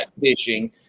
fishing